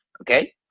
Okay